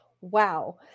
wow